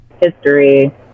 history